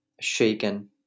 shaken